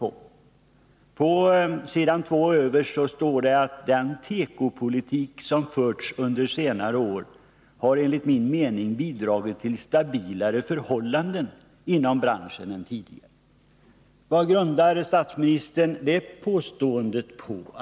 I svaret sägs: ”Den tekopolitik som förts under senare år har enligt min mening bidragit till stabilare förhållanden inom branschen än tidigare.” Vad grundar statsministern det påståendet på?